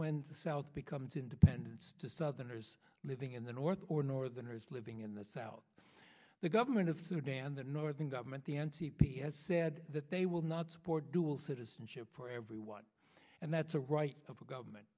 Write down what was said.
when the south becomes independent to southerners living in the north or northerners living in the south the government of sudan the northern government the n c p has said that they will not support dual citizenship for everyone and that's a right of the government